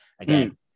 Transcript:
again